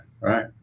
right